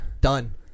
Done